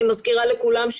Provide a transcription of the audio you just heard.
אני מזכירה לכולם,